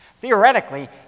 Theoretically